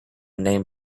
name